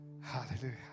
Hallelujah